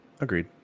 Agreed